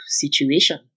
situation